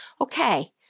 okay